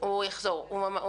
הוא יחזור.